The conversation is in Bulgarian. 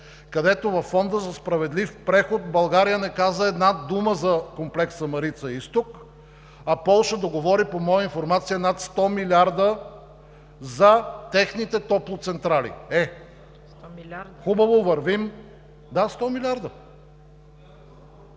където във Фонда за справедлив преход България не каза една дума за комплекса „Марица изток“, а Полша договори, по моя информация, над 100 милиарда за техните топлоцентрали! Е, хубаво вървим… ПРЕДСЕДАТЕЛ